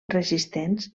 resistents